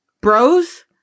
Bros